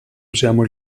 usiamo